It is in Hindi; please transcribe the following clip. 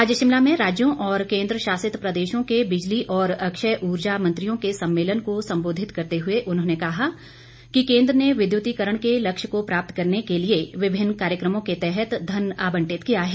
आज शिमला में राज्यों और केन्द्र शासित प्रदेशों के बिजली और अक्षय ऊर्जा मंत्रियों के सम्मेलन को सम्बोधित करते हुए उन्होंने कहा कि केन्द्र ने विद्युतीकरण के लक्ष्य को प्राप्त करने के लिए विभिन्न कार्यक्रमों के तहत धन आवंटित किया है